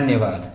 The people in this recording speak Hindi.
धन्यवाद